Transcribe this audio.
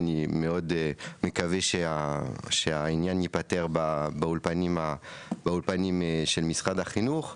אני מאוד מקווה שהעניין ייפתר באולפנים של משרד החינוך.